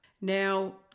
Now